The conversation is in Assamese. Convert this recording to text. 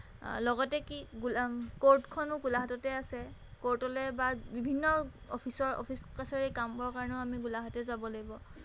লগতে কি ক'ৰ্টখনো গোলাঘাটতে আছে ক'ৰ্টলে বা বিভিন্ন অফিচৰ অফিচ কাচাৰী কামবোৰৰ কাৰণেও আমি গোলাঘাটে যাব লাগিব